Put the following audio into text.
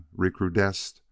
recrudesced